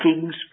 Kings